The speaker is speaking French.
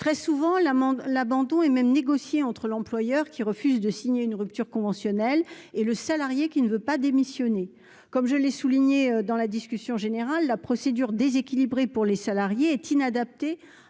très souvent l'amende l'abandon et même négocié entre l'employeur, qui refusent de signer une rupture conventionnelle et le salarié qui ne veut pas démissionner comme je l'ai souligné dans la discussion générale, la procédure déséquilibré pour les salariés est inadapté